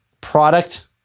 product